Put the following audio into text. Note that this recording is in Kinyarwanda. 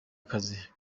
akazi